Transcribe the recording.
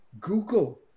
Google